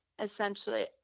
essentially